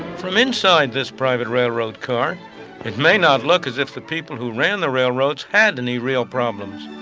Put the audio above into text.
from inside this private railroad car it may not look as if the people who ran the railroads had any real problems.